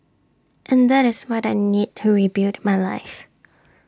and that is what I need to rebuild my life